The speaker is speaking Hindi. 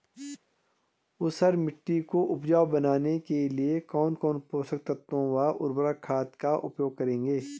ऊसर मिट्टी को उपजाऊ बनाने के लिए कौन कौन पोषक तत्वों व उर्वरक खाद का उपयोग करेंगे?